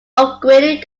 upgrading